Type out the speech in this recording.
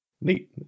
Neat